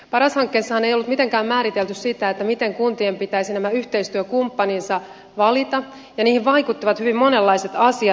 paras hankkeessahan ei ollut mitenkään määritelty sitä miten kuntien pitäisi nämä yhteistyökumppaninsa valita ja niihin vaikuttivat hyvin monenlaiset asiat